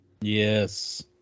Yes